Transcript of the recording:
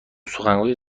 سخنگوی